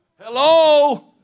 Hello